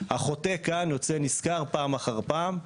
שהחוטא כאן יוצא נשכר פעם אחר פעם.